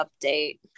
update